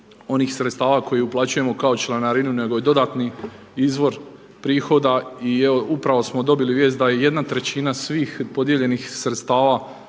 onih sredstava koji uplaćujemo kao članarinu nego je dodatni izvor prihoda i upravo smo dobili vijest da je 1/3 svih podijeljenih sredstava